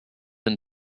and